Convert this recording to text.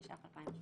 התשע"ח-2018"".